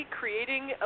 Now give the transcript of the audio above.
creating